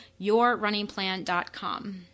yourrunningplan.com